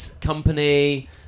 Company